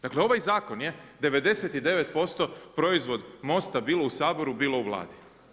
Dakle, ovaj zakon je 99% proizvod MOST-a bilo u Saboru, bilo u Vladi.